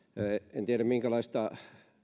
en tiedä minkälaista